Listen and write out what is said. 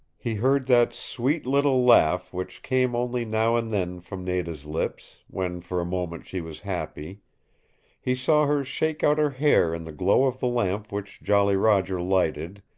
he heard that sweet little laugh which came only now and then from nada's lips, when for a moment she was happy he saw her shake out her hair in the glow of the lamp which jolly roger lighted,